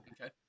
Okay